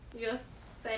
ya